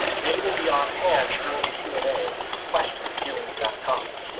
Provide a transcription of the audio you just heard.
they will be on hand during the q and a for questions dealing with that topic.